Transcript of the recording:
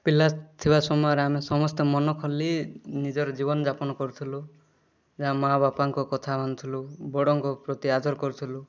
ପିଲାଥିବା ସମୟରେ ଆମେ ସମସ୍ତେ ମନ ଖୋଲି ନିଜର ଜୀବନଯାପନ କରୁଥୁଲୁ ଯେ ଆମ ମାଆବାପାଙ୍କ କଥା ମାନୁଥୁଲୁ ବଡ଼ଙ୍କ ପ୍ରତି ଆଦର କରୁଥୁଲୁ